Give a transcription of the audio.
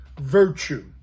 virtue